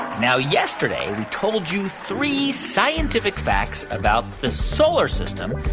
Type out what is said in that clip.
now, yesterday we told you three scientific facts about the solar system.